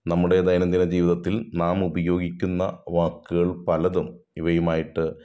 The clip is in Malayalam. നമ്മുടെ ദൈനംദിന ജീവിതത്തിൽ നാമുപയോഗിക്കുന്ന വാക്കുകൾ പലതും ഇവയുമായിട്ട്